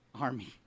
Army